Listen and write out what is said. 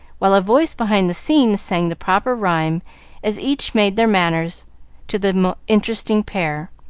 while a voice behind the scenes sang the proper rhyme as each made their manners to the interesting pair.